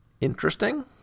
interesting